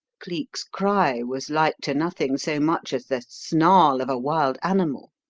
cleek's cry was like to nothing so much as the snarl of a wild animal.